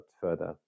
further